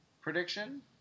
prediction